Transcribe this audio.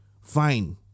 Fine